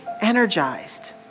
energized